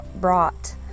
brought